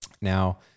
Now